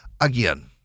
again